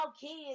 kids